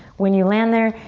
when you land there,